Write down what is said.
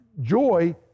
joy